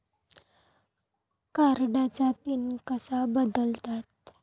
कार्डचा पिन कसा बदलतात?